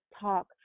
talk